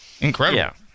incredible